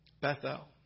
Bethel